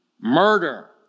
murder